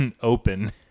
open